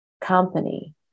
company